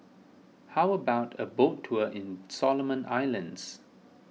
how about a boat tour in Solomon Islands